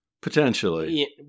Potentially